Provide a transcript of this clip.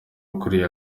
ukuriye